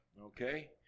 okay